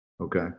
okay